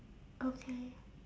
okay